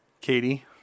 katie